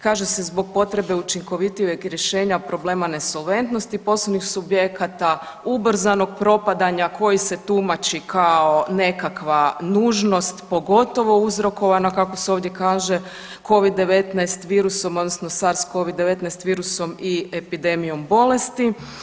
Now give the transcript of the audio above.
Kaže se zbog potrebe učinkovitijeg rješenja problema nesolventnosti poslovnih subjekata, ubrzanog propadanja koji se tumači kao nekakva nužnost pogotovo uzrokovana kako se ovdje kaže covid 19 virusom, odnosno SARS COVID-19 virusom i epidemijom bolesti.